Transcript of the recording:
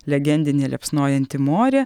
legendinė liepsnojanti morė